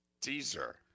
teaser